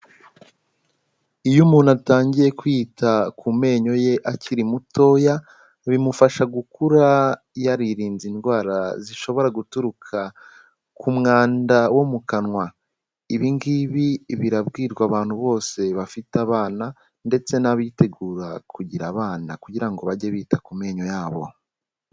Iyo umuntu atangiye kwita ku menyo ye akiri mutoya, bimufasha gukura yaririnze indwara zishobora guturuka ku mwanda wo mu kanwa, ibi ingibi birabwirwa abantu bose bafite abana ndetse n'abitegura kugira abana, kugira ngo bajye bita ku menyo yabo.